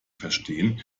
verstehen